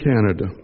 Canada